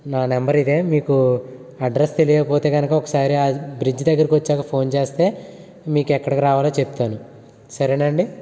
నా నెంబర్ ఇదే మీకు అడ్రస్ తెలియకపోతే గనుక ఒకసారి ఆ బ్రిడ్జ్ దగ్గరికి వచ్చాక ఫోన్ చేస్తే మీకు ఎక్కడికి రావాలో చెప్తాను సరేనా అండి